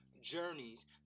journeys